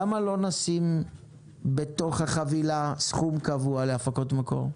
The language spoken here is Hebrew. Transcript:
למה לא נשים בתוך החבילה סכום קבוע להפקות מקור?